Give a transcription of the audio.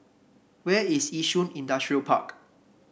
where is Yishun Industrial Park